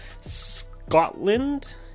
Scotland